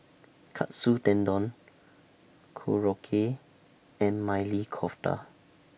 Katsu Tendon Korokke and Maili Kofta